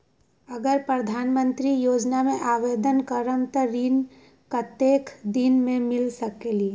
अगर प्रधानमंत्री योजना में आवेदन करम त ऋण कतेक दिन मे मिल सकेली?